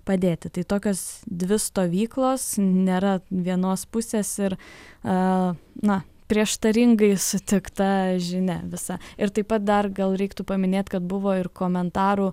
padėti tai tokios dvi stovyklos nėra vienos pusės ir a na prieštaringai sutikta žinia visa ir taip pat dar gal reiktų paminėt kad buvo ir komentarų